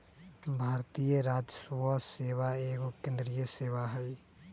भारतीय राजस्व सेवा एगो केंद्रीय सेवा हइ